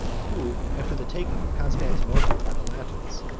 who, after the taking of constantinople by the latins,